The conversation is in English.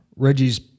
Reggie's